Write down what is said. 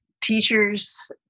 teachers